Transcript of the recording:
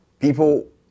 people